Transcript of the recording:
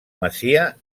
masia